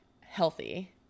healthy